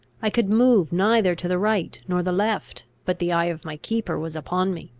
i could move neither to the right nor the left, but the eye of my keeper was upon me.